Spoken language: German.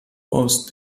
aus